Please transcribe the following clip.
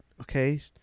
okay